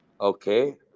Okay